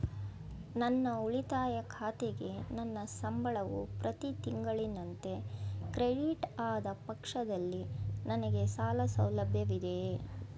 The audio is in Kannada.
ನನ್ನ ಉಳಿತಾಯ ಖಾತೆಗೆ ನನ್ನ ಸಂಬಳವು ಪ್ರತಿ ತಿಂಗಳಿನಂತೆ ಕ್ರೆಡಿಟ್ ಆದ ಪಕ್ಷದಲ್ಲಿ ನನಗೆ ಸಾಲ ಸೌಲಭ್ಯವಿದೆಯೇ?